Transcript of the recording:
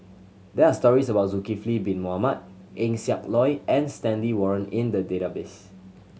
there are stories about Zulkifli Bin Mohamed Eng Siak Loy and Stanley Warren in the database